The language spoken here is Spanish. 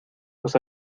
los